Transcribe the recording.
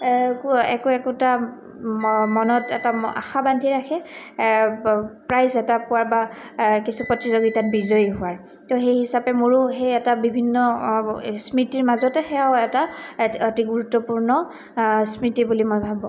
একো একো একোটা মনত এটা আশা বান্ধি ৰাখে প্ৰাইজ এটা পোৱাৰ বা কিছু প্ৰতিযোগিতাত বিজয়ী হোৱাৰ তো সেই হিচাপে মোৰো সেই এটা বিভিন্ন স্মৃতিৰ মাজতে সেয়াও এটা অতি গুৰুত্বপূৰ্ণ স্মৃতি বুলি মই ভাবোঁ